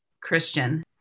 Christian